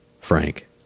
Frank